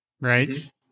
right